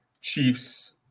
Chiefs